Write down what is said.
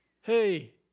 Hey